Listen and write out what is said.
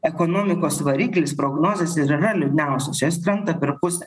ekonomikos variklis prognozės ir yra liūdniausios jos krenta per pusę